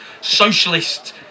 socialist